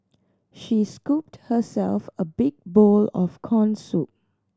she scooped herself a big bowl of corn soup